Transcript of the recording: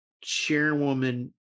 chairwoman